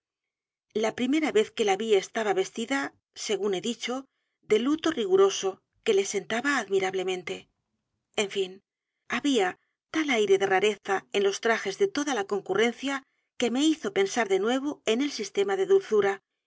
la primera vez que la vi estaba vestida según he dicho de luto riguroso que le sentaba admirablemente en fin había tal aire de rareza en los trajes de toda la concurrencia que me hizo pensar de nuevo en el sistema de dulzura